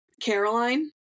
Caroline